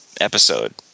episode